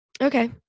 Okay